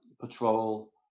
patrol